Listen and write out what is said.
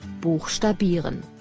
Buchstabieren